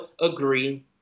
agree